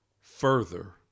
further